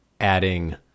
adding